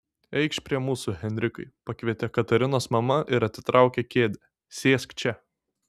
eikš prie mūsų henrikai pakvietė katarinos mama ir atitraukė kėdę sėsk čia